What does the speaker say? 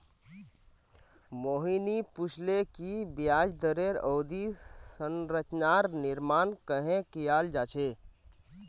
मोहिनी पूछले कि ब्याज दरेर अवधि संरचनार निर्माण कँहे कियाल जा छे